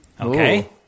okay